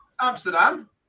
amsterdam